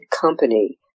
company